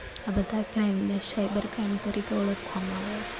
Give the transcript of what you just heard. આ બધા ક્રાઇમને સાઇબર ક્રાઇમ તરીકે ઓળખવામાં આવે છે